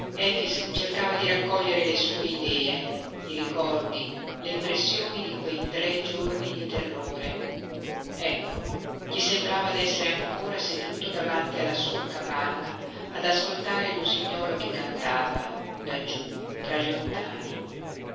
cercava di raccogliere le sue idee i ricordi le impressioni di quei tre giorni di terrore ecco gli sembrava d'essere ancora seduto davanti alla sua capanna ad ascoltare l'usignolo che cantava laggiú tra gli ontani